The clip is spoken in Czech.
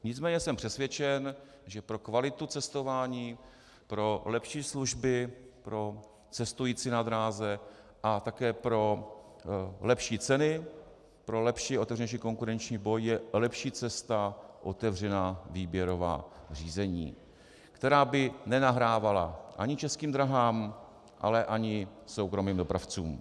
Nicméně jsem přesvědčen, že pro kvalitu cestování, pro lepší služby, pro cestující na dráze a také pro lepší ceny, pro lepší, otevřenější konkurenční boj jsou lepší cestou otevřená výběrová řízení, která by nenahrávala ani Českým dráhám, ale ani soukromým dopravcům.